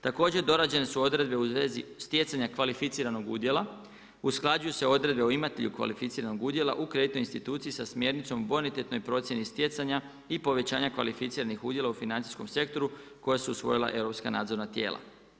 Također, dorađene su odredbe u vezi sjecanje kvalificiranog udjela, usklađuju se odredbe o imatelju kvalificiranog udjela u kreditnoj instituciji sa smjernicom bonitetnoj procjeni stjecanja i povećanja kvalificiranih udjela u financijskom sektoru koja su usvojila europska nadzorna tijela.